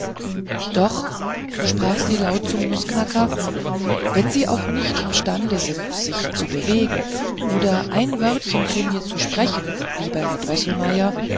doch sprach sie laut zum nußknacker wenn sie auch nicht imstande sind sich zu bewegen oder ein wörtchen mit mir zu sprechen lieber herr